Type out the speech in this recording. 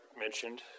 mentioned